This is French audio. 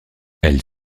elle